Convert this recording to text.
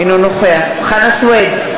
אינו נוכח חנא סוייד,